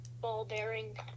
ball-bearing